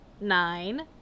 nine